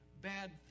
bad